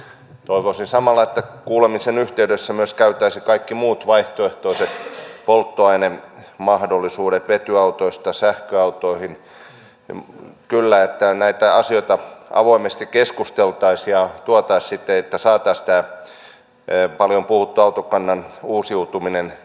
toivoisin samalla että kuulemisen yhteydessä myös käytäisiin läpi kaikki muut vaihtoehtoiset polttoainemahdollisuudet vetyautoista sähköautoihin että näistä asioista avoimesti keskusteltaisiin ja tuotaisiin niitä sitten esille että saataisiin tämä paljon puhuttu autokannan uusiutuminen liikkeelle